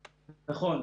נכון.